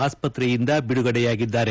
ಆಸ್ಪತ್ರೆಯಿಂದ ಬಿಡುಗಡೆಯಾಗಿದ್ದಾರೆ